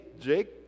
Jake